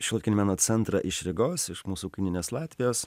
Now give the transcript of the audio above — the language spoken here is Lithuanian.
šiuolaikinio meno centrą iš rygos iš mūsų kaimyninės latvijos